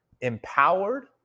empowered